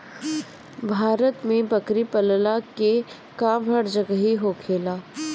भारत में बकरी पलला के काम हर जगही होखेला